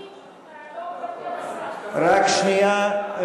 אדוני, רק שנייה.